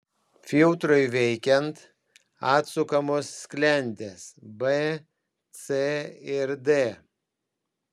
filtrui veikiant atsukamos sklendės b c ir d